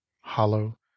hollow